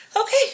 Okay